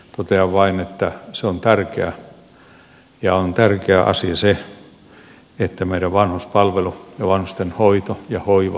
totean vain että se on tärkeä ja on tärkeä asia se että meidän vanhuspalvelu ja vanhusten hoito ja hoiva toimivat erinomaisesti